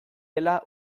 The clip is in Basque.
dela